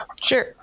sure